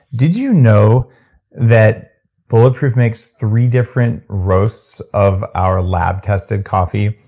did you know that bulletproof makes three different roasts of our lab-tested coffee?